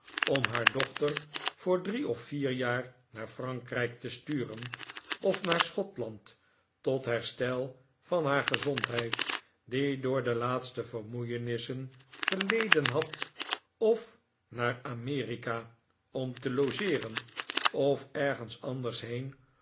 om haar dochter voor drie of vier jaar naar frankrijk te sturen f of naar schotland tot herstel van haar gezondheid die door de laatste vermoeienissen geleden had of naar amerika om te logeeren of ergens anders heen